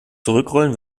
zurückrollen